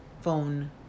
phone